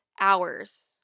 hours